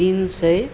तिन सय